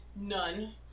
none